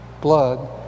blood